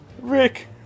Rick